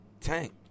Tank